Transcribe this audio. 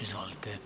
Izvolite.